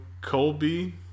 Colby